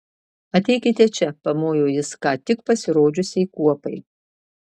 ateikite čia pamojo jis ką tik pasirodžiusiai kuopai